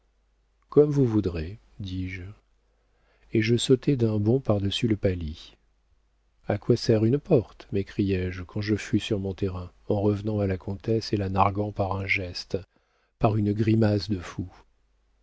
comme vous voudrez dis-je et je sautai d'un bond par-dessus le palis a quoi sert une porte m'écriai-je quand je fus sur mon terrain en revenant à la comtesse et la narguant par un geste par une grimace de fou